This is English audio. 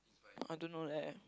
I don't know leh